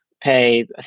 pay